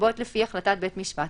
לרבות לפי החלטת בית משפט,